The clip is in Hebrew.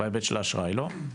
בהיבט של האשראי, לא?